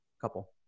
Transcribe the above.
couple